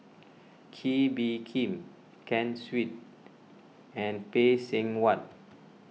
Kee Bee Khim Ken Seet and Phay Seng Whatt